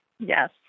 Yes